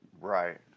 right